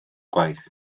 gwaith